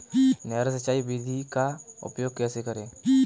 नहर सिंचाई विधि का उपयोग कैसे करें?